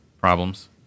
problems